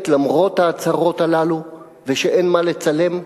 למרות ההצהרות הללו ושאין מה לצלם?